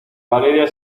valeria